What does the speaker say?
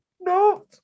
No